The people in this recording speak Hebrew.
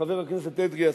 חבר הכנסת אדרי,